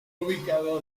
ubicado